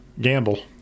gamble